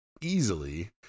easily